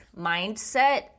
Mindset